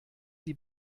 die